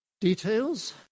Details